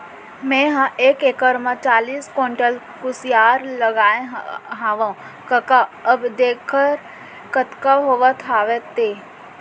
मेंहा एक एकड़ म चालीस कोंटल कुसियार लगाए हवव कका अब देखर कतका होवत हवय ते